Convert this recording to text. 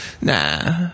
Nah